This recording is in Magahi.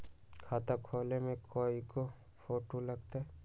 खाता खोले में कइगो फ़ोटो लगतै?